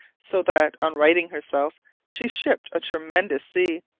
so that on righting herself she shipped a tremendous sea,